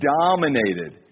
dominated